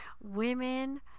women